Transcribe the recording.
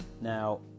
Now